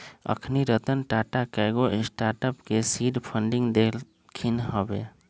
अखनी रतन टाटा कयगो स्टार्टअप के सीड फंडिंग देलखिन्ह हबे